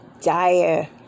dire